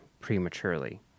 prematurely